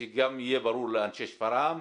שגם יהיה ברור לאנשי שפרעם.